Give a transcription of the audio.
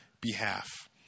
behalf